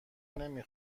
نمی